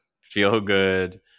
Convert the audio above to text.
feel-good